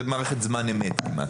זה מערכת זמן אמת כמעט.